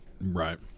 right